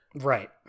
Right